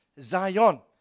Zion